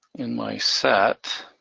in my set.